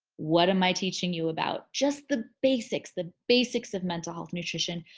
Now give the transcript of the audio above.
what am i teaching you about? just the basics the basics of mental health nutrition.